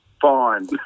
fine